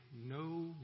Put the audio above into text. no